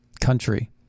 country